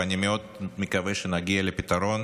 ואני מאוד מקווה שנגיע לפתרון